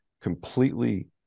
completely